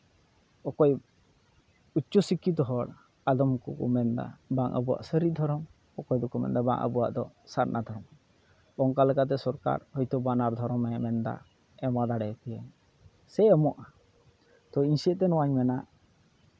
ᱚᱠᱚᱭ ᱩᱪᱪᱚ ᱥᱤᱠᱠᱷᱤᱛᱚ ᱦᱚᱲ ᱟᱫᱚᱢ ᱠᱚ ᱢᱮᱱᱫᱟ ᱵᱟᱝ ᱟᱵᱚᱣᱟᱜ ᱥᱟᱹᱨᱤ ᱫᱷᱚᱨᱚᱢ ᱚᱠᱚᱭ ᱫᱚᱠᱚ ᱢᱮᱱᱫᱟ ᱵᱟᱝ ᱟᱵᱚᱣᱟᱜ ᱫᱚ ᱥᱟᱨᱱᱟ ᱫᱷᱚᱨᱚᱢ ᱚᱱᱠᱟ ᱞᱮᱠᱟᱛᱮ ᱦᱚᱭᱛᱳ ᱥᱚᱨᱠᱟᱨ ᱵᱟᱱᱟᱨ ᱫᱷᱚᱨᱚᱢᱮ ᱢᱮᱱᱫᱟ ᱮᱢᱟ ᱫᱟᱲᱮ ᱯᱮᱭᱟᱹᱧ ᱥᱮ ᱮᱢᱚᱜᱼᱟ ᱛᱳ ᱤᱧ ᱥᱮᱫ ᱛᱮ ᱱᱚᱣᱟᱧ ᱢᱮᱱᱟ